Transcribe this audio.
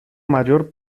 mayor